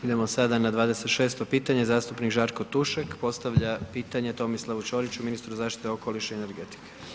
Idemo sada na 26 pitanje, zastupnik Žarko Tušek postavlja pitanje Tomislavu Čoriću, ministru zaštite okoliša i energetike.